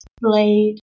blade